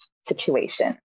situation